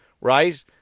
Right